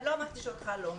לא אמרתי שאותך לא.